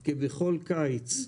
רווח כבכל קיץ.